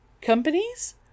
companies